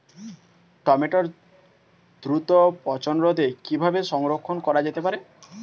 টমেটোর দ্রুত পচনরোধে কিভাবে সংরক্ষণ করা যেতে পারে?